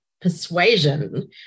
Persuasion